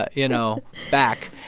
ah you know, back